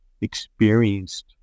experienced